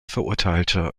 verurteilte